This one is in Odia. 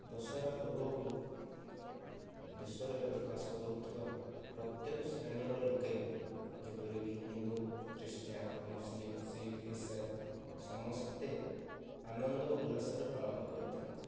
ଦଶହରା ପର୍ବକୁ ଦେଶରେ ବାସ କରୁଥିବା ପ୍ରତ୍ୟେକ ଶ୍ରେଣୀର ଲୋକେ ଯେପରିକି ହିନ୍ଦୁ ଖ୍ରୀଷ୍ଟିଆନ୍ ମୁସ୍ଲିମ୍ ଶିଖ୍ ଈସାଈ ସମସ୍ତେ ଆନନ୍ଦ ଉଲ୍ଲାସରେ ପାଳନ କରିଥାନ୍ତି